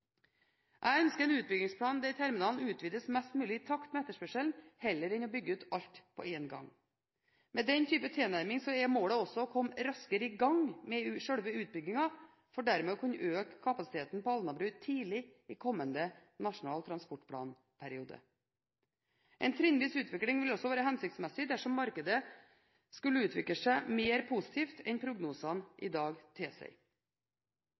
Jeg ønsker en utbyggingsplan der terminalen utvikles mest mulig i takt med etterspørselen, heller enn å bygge ut alt på en gang. Med den type tilnærming er målet å komme raskere i gang med selve utbyggingen for dermed å kunne øke kapasiteten på Alnabru tidlig i kommende Nasjonal transportplan-periode. En trinnvis utvikling vil også være hensiktsmessig dersom markedet skulle utvikle seg mer positivt enn prognosene